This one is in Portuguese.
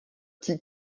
que